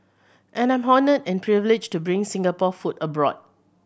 and I'm honoured and privileged to bring Singapore food abroad